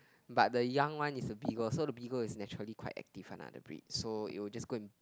but the young one is a Beagle so the Beagle is naturally quite active one lah the breed so it will just go and